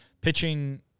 pitching